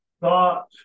thought